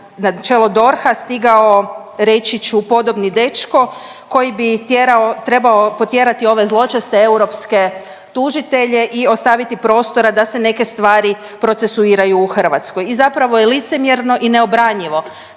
na čelo DORH-a stigao reći ću podobni dečko koji bi tjerao, trebao potjerati ove zločeste europske tužitelje i ostaviti prostora da se neke stvari procesuiraju u Hrvatskoj i zapravo je licemjerno i neobranjivo